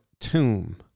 tomb